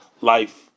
life